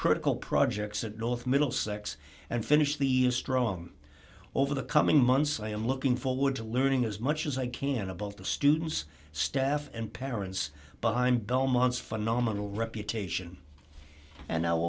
critical projects at north middlesex and finish the strong over the coming months i am looking forward to learning as much as i can about the students staff and parents but i'm belmont's phenomenal reputation and